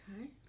okay